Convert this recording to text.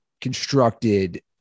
constructed